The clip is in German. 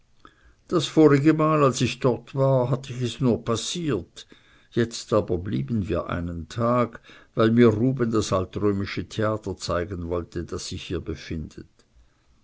das vorige mal als ich dort war hatt ich es nur passiert jetzt aber blieben wir einen tag weil mir ruben das altrömische theater zeigen wollte das sich hier befindet